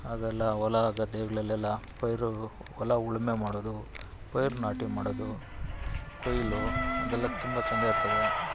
ಅವೆಲ್ಲ ಹೊಲ ಗದ್ದೆಗಳಲ್ಲೆಲ್ಲ ಪೈರು ಹೊಲ ಉಳುಮೆ ಮಾಡೋದು ಪೈರು ನಾಟಿ ಮಾಡೋದು ಕೊಯ್ಲು ಇದೆಲ್ಲ ತುಂಬ ಚೆಂದ ಇರ್ತದೆ